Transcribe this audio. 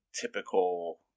typical